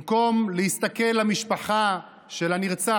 במקום להסתכל בעיניים למשפחה של הנרצח,